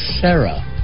Sarah